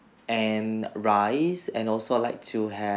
and rice and also I would like to have